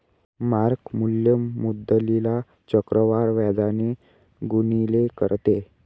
mark मूल्य मुद्दलीला चक्रवाढ व्याजाने गुणिले करते